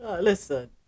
Listen